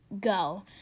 go